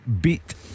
beat